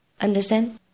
Understand